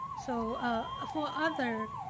so ah for other